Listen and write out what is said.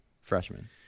freshman